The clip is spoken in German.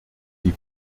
sie